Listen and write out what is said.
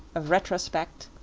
of retrospect,